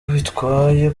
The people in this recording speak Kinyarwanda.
bitwaye